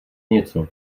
něco